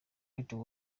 rights